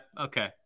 Okay